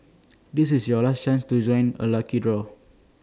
this is your last chance to join the lucky draw